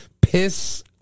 piss